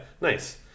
Nice